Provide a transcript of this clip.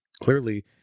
clearly